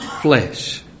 flesh